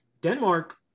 denmark